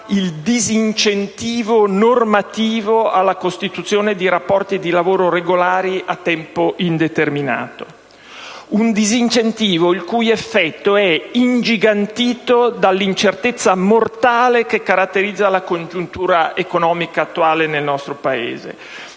il «disincentivo normativo» alla costituzione di rapporti di lavoro regolari a tempo indeterminato; un disincentivo il cui effetto è ingigantito dall'incertezza mortale che caratterizza la congiuntura economica attuale nel nostro Paese.